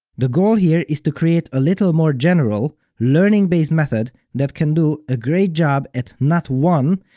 the goal here is to create a little more general, learning-based method that can do a great job at not one,